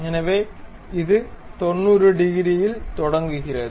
எனவே இது 90 டிகிரியில் தொடங்குகிறது